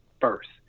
first